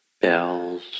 bells